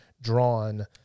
drawn